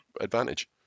advantage